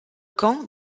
camp